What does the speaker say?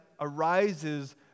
arises